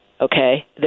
Okay